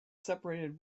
separated